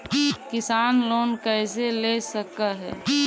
किसान लोन कैसे ले सक है?